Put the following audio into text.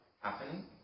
happening